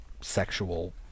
sexual